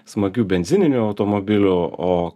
smagių benzininių automobilių o